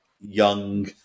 young